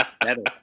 Better